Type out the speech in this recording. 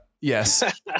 yes